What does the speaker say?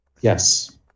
Yes